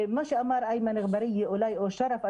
ומה שאמר איימן אגבאריה אולי שרף,